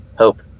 hope